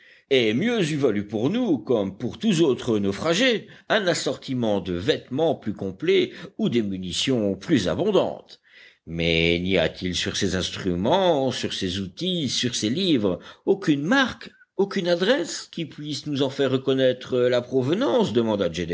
et mieux eût valu pour nous comme pour tous autres naufragés un assortiment de vêtements plus complet ou des munitions plus abondantes mais n'y a-t-il sur ces instruments sur ces outils sur ces livres aucune marque aucune adresse qui puisse nous en faire reconnaître la provenance demanda